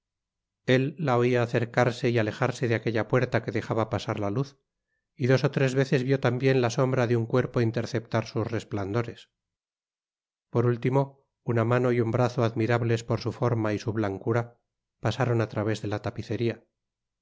él la oia acercarse y alejarse de aquella puerta que dejaba pasar la luz y dos ó tres veces vió tambien la sombra de un cuerpo interceptar sus resplandores por último una mano y un brazo admirables por su forma y su blancura pasaron á través de la tapiceria